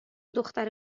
دختر